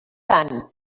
sant